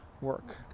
work